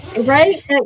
right